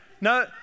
No